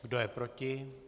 Kdo je proti?